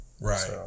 Right